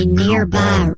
nearby